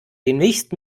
demnächst